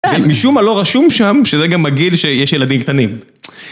זה משום מה לא רשום שם, שזה גם הגיל שיש ילדים קטנים.